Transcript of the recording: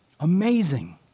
Amazing